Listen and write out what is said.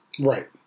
Right